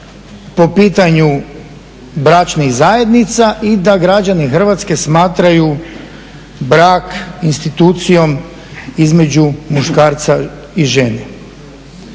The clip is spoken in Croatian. po pitanju bračnih zajednica i da građani Hrvatske smatraju brak institucijom između muškarca i žene.